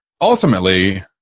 ultimately